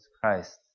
Christ